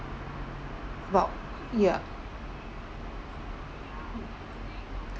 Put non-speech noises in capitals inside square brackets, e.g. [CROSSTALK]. !wow! ya [BREATH]